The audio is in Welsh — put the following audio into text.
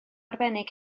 arbennig